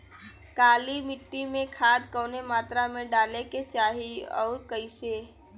काली मिट्टी में खाद कवने मात्रा में डाले के चाही अउर कइसे?